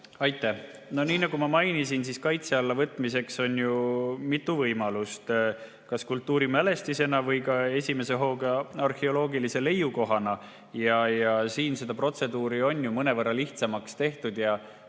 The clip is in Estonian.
Aitäh! Nii nagu ma mainisin, kaitse alla võtmiseks on mitu võimalust, kas kultuurimälestisena või ka esimese hooga arheoloogilise leiukohana. Seda protseduuri on ju mõnevõrra lihtsamaks tehtud.